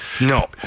No